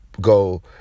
go